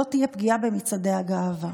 לא תהיה פגיעה במצעדי הגאווה.